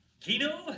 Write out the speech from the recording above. Kino